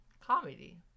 Comedy